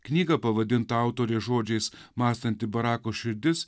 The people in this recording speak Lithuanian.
knygą pavadinti autorės žodžiais mąstanti barako širdis